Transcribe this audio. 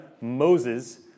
Moses